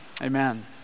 Amen